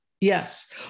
Yes